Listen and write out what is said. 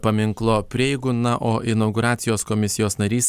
paminklo prieigų na o inauguracijos komisijos narys